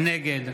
נגד